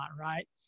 right